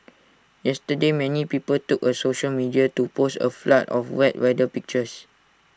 yesterday many people took to social media to post A flood of wet weather pictures